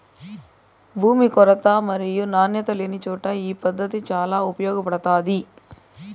భూమి కొరత మరియు నాణ్యత లేనిచోట ఈ పద్దతి చాలా ఉపయోగపడుతాది